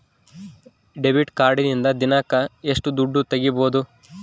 Debit ಕಾರ್ಡಿನಿಂದ ದಿನಕ್ಕ ಎಷ್ಟು ದುಡ್ಡು ತಗಿಬಹುದು?